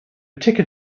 ticker